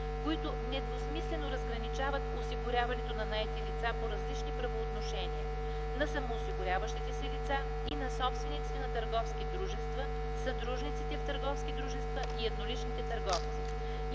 които недвусмислено разграничават осигуряването на наети лица по различни правоотношения, на самоосигуряващите се лица и на собствениците на търговски дружества, съдружниците в търговски дружества и едноличните търговци.